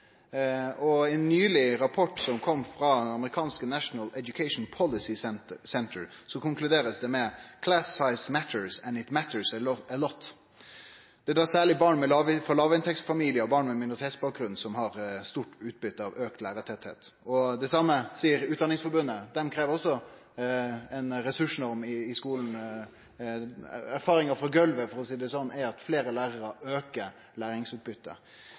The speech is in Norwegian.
trinna. I ein rapport frå det amerikanske National Education Policy Center blei det nyleg konkludert med at «Class size matters, and it matters a lot.» Særleg barn frå låginntektsfamiliar og barn med minoritetsbakgrunn har stort utbytte av auka lærartettleik. Det same seier Utdanningsforbundet. Dei krev også ei ressursnorm i skulen. Erfaringa frå golvet er at fleire lærarar aukar